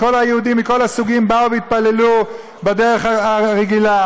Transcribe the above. כל היהודים מכל הסוגים באו והתפללו בדרך הרגילה,